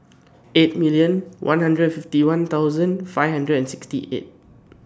eight million one hundred and fifty one thousand five hundred and sixty eight